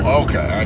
okay